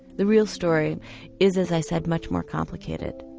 the real story is, as i said, much more complicated.